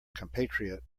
compatriot